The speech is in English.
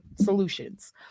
solutions